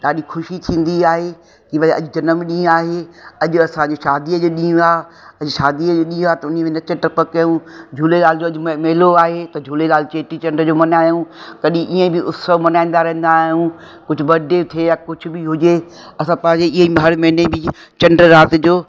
ॾाढी ख़ुशी थींदी आहे की भई अॼु जनम ॾींहुं आहे अॼु असांजी शादी जो ॾींहुं आहे अॼु शादीअ जो ॾींहुं आहे त उन में नच टप कयूं झूलेलाल जो अॼु म मेलो आहे त झूलेलाल चेटी चंड जो मल्हायूं कॾहिं ईअं बि उत्सव बि मल्हाईंदा रहंदा आहियूं कुझु बर्थडे थिए या कुझ बि हुजे असां पंहिंजे इहे ई हर महीने बी चंड रात जो